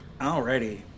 Alrighty